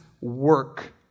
work